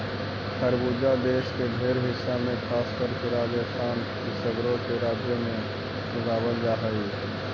खरबूजा देश के ढेर हिस्सा में खासकर के राजस्थान इ सगरो के राज्यों में उगाबल जा हई